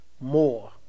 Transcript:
more